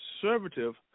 conservative